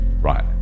right